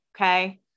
Okay